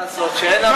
מה לעשות.